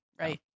Right